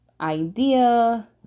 idea